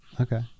Okay